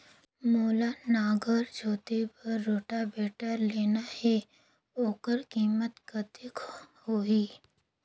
मोला नागर जोते बार रोटावेटर लेना हे ओकर कीमत कतेक होही?